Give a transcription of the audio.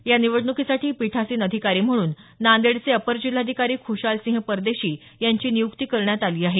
या निवडणुकीसाठी पिठासीन अधिकारी म्हणून नांदेडचे अपर जिल्हाधिकारी ख्रशालसिंह परदेशी यांची निय्क्ती करण्यात आली आहे